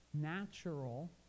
natural